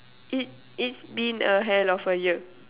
it it's been a hell of the year